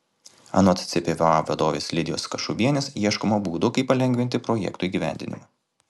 anot cpva vadovės lidijos kašubienės ieškoma būdų kaip palengvinti projektų įgyvendinimą